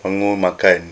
bangun makan